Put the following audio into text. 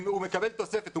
הוא מקבל תוספת,